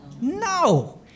No